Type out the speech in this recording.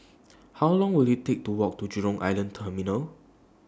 How Long Will IT Take to Walk to Jurong Island Terminal